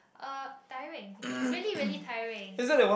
uh tiring it's really really tiring